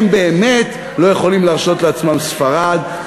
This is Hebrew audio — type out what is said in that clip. הם באמת לא יכולים להרשות לעצמם ספרד.